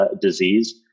disease